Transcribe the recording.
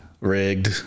Rigged